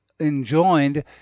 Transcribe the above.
enjoined